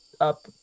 up